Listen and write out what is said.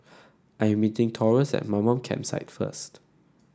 I'm meeting Taurus at Mamam Campsite first